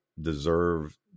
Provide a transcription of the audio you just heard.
deserve